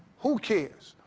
who cares?